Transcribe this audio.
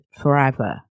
forever